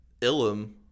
Ilum